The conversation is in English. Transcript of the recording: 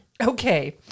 Okay